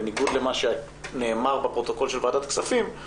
בניגוד למה שנאמר בפרוטוקול של ועדת הכספים,